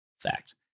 fact